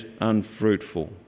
unfruitful